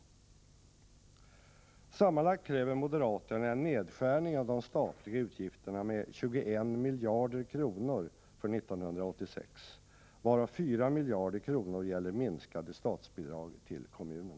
Sammanlagt kräver moderaterna en nedskärning av de statliga utgifterna med 21 miljarder kronor för 1986, varav 4 miljarder kronor gäller minskade statsbidrag till kommunerna.